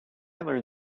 learned